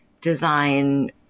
design